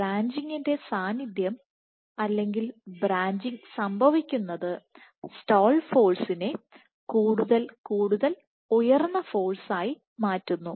ബ്രാഞ്ചിംഗിന്റെ സാന്നിധ്യം അല്ലെങ്കിൽ ബ്രാഞ്ചിംഗ് സംഭവിക്കുന്നത് സ്റ്റാൾ ഫോഴ്സിനെ കൂടുതൽ കൂടുതൽ ഉയർന്ന ഫോഴ്സാക്കി മാറ്റുന്നു